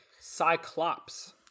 cyclops